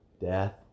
death